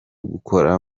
gukora